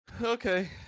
Okay